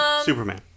Superman